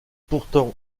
pourtant